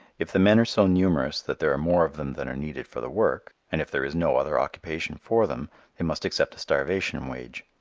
if the men are so numerous that there are more of them than are needed for the work, and if there is no other occupation for them they must accept a starvation wage.